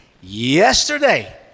yesterday